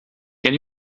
can